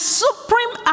supreme